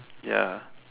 ya